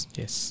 yes